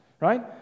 right